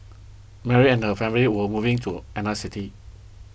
Mary and her family were moving to another city